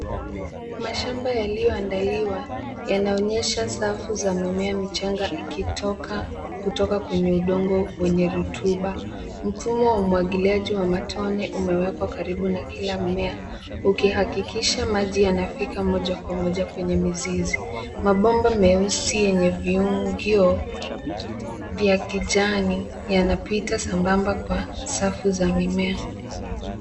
Mashamba yaliyoandaliwa yanaonyesha safu za mimea michanga ikitoka kutoka kwenye udongo wenye rutuba. Mfumo umwagiliaji wa matone umewekwa karibu na kila mmea ukihakikisha maji yanafika moja kwa moja kwenye mizizi. Mabomba meusi yenye viungio vya kijani yanapita sambamba kwa safu za mimea.